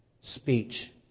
speech